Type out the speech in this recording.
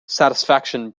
satisfaction